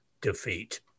defeat